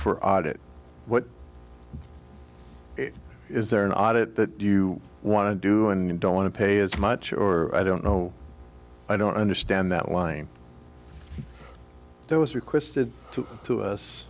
for audit what is there an audit that you want to do and don't want to pay as much or i don't know i don't understand that line there was requested to us